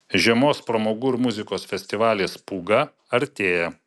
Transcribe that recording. žiemos pramogų ir muzikos festivalis pūga artėja